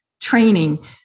training